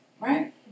Right